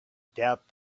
doubt